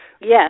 Yes